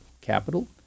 capital